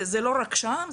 זה לא רק שם.